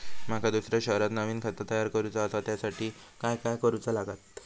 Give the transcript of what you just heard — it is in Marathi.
माका दुसऱ्या शहरात नवीन खाता तयार करूचा असा त्याच्यासाठी काय काय करू चा लागात?